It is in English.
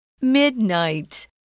Midnight